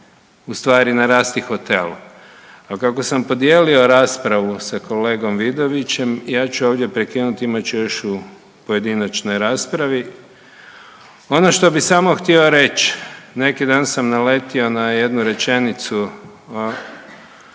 u stvari narasti hotel? A kako sam podijelio raspravu sa kolegom Vidovićem ja ću ovdje prekinuti, imat ću još u pojedinačnoj raspravi. Ono što bi samo htio reć, neki dan sam naletio na jednu rečenicu